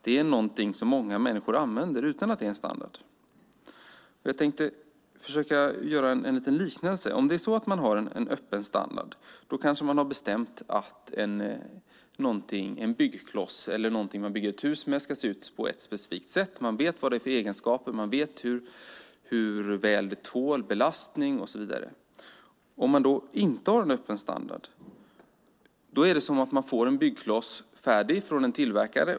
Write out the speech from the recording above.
Det är något som många människor använder utan att det är en standard. Jag tänkte försöka göra en liknelse. Om man har en öppen standard kanske man har bestämt att en byggkloss eller något man bygger ett hus med ska se ut på ett specifikt sätt. Man vet vad det har för egenskaper, man vet hur väl det tål belastning och så vidare. Om man inte har en öppen standard är det som att man får en byggkloss färdig från en tillverkare.